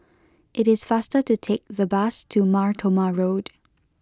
it is faster to take the bus to Mar Thoma Road